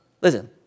Listen